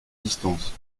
distances